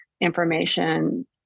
information